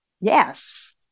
Yes